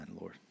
Lord